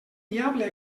diable